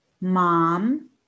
Mom